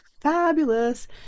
fabulous